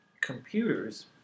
computers